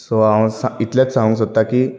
so हांव इतलेंच सांगूंक सोदतां की